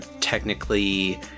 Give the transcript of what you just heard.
technically